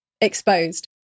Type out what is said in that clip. exposed